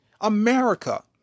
America